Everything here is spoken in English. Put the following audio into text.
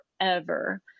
forever